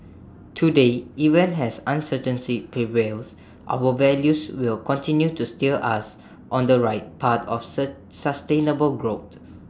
today even as uncertainty prevails our values will continue to steer us on the right path of sustainable growth